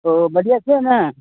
ओ बढ़िआँ छै ने